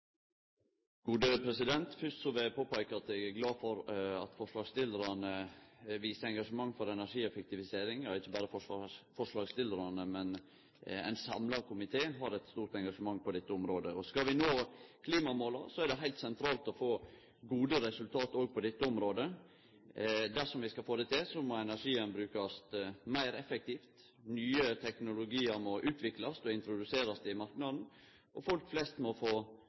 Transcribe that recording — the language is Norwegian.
gode resultat òg på dette området. Dersom vi skal få det til, må energien brukast meir effektivt, nye teknologiar må utviklast og introduserast i marknaden, og folk flest må få